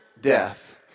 death